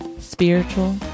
spiritual